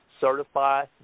certify